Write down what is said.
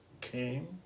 came